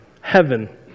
heaven